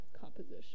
composition